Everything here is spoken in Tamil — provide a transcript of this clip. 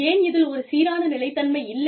ஏன் இதில் ஒரு சீரான நிலைத் தன்மை இல்லை